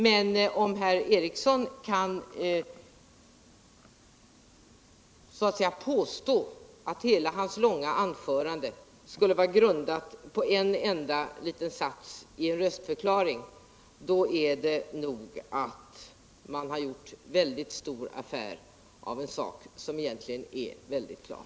Men om herr Ericson kan påstå att hela hans långa anförande skulle vara grundat på en enda liten sats i en röstförklaring har han nog gjort en alldeles för stor affär av en sak som egentligen är mycket klar.